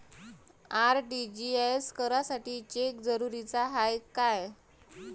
RTGS करासाठी cheque जरुरीचा हाय काय?